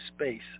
space